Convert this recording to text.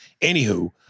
anywho